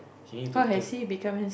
how has it become